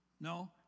No